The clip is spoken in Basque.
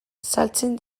saltzen